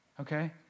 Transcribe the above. Okay